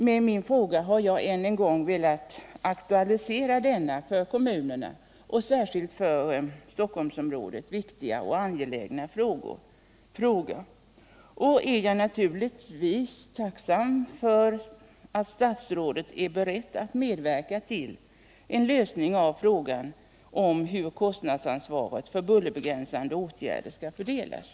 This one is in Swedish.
Med min fråga har jag än en gång velat aktualisera denna för kommunerna — särskilt här i Stockholmsområdet — viktiga och angelägna fråga. Jag är naturligtvis tacksam för att statsrådet är beredd att medverka till en lösning av frågan om hur kostnadsansvaret för bullerbegränsande åtgärder skall fördelas.